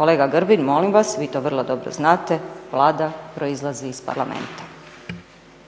Kolega Grbin, molim vas, vi to vrlo dobro znate, Vlada proizlazi iz Parlamenta.